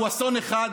הוא אסון אחד,